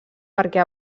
perquè